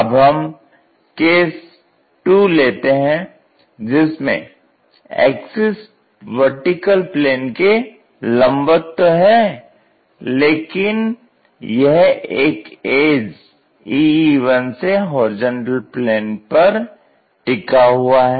अब हम केस 2 लेते हैं जिसमें एक्सिस वर्टिकल प्लेन के लंबवत तो है लेकिन यह एक एज ee1 से HP पर टिका हुआ है